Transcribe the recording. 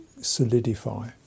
solidify